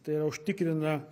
tai yra užtikrina